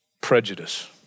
prejudice